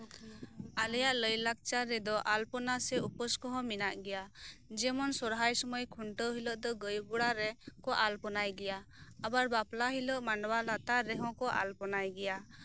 ᱟᱞᱮᱭᱟᱜ ᱞᱟᱹᱭᱼᱞᱟᱭᱠᱪᱟᱨ ᱨᱮᱫᱚ ᱟᱞᱯᱚᱱᱟ ᱥᱮ ᱩᱯᱟᱹᱥ ᱠᱚᱦᱚᱸ ᱢᱮᱱᱟᱜ ᱜᱮᱭᱟ ᱡᱮᱢᱚᱱ ᱥᱚᱨᱦᱟᱭ ᱥᱚᱢᱚᱭ ᱠᱷᱩᱱᱴᱟᱹᱣ ᱦᱤᱞᱳᱜ ᱜᱟᱹᱭ ᱜᱚᱲᱟᱨᱮ ᱠᱚ ᱟᱞᱯᱚᱱᱟᱭ ᱜᱮᱭᱟ ᱟᱵᱟᱨ ᱵᱟᱯᱞᱟ ᱦᱤᱞᱳᱜ ᱢᱟᱰᱣᱟ ᱞᱟᱛᱥᱟᱨ ᱨᱮᱦᱚᱸ ᱠᱚ ᱟᱞᱯᱚᱱᱟᱭ ᱜᱮᱭᱟ